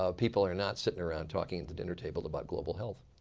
ah people are not sitting around talking at the dinner table about global health.